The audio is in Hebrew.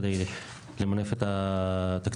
כדי למנף את התקציבים האלה.